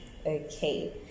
Okay